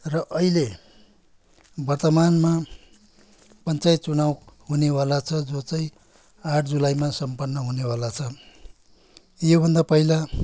र अहिले वर्तमानमा पञ्चायत चुनाउ हुनेवाला छ जो चाहिँ आठ जुलाईमा सम्पन्न हुनेवाला छ योभन्दा पहिला